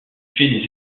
fait